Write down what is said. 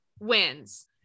wins